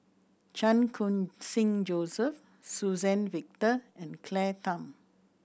Chan Khun Sing Joseph Suzann Victor and Claire Tham